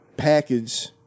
package